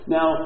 Now